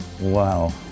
Wow